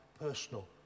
personal